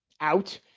out